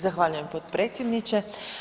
Zahvaljujem potpredsjedniče.